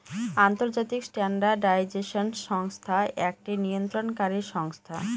আন্তর্জাতিক স্ট্যান্ডার্ডাইজেশন সংস্থা একটি নিয়ন্ত্রণকারী সংস্থা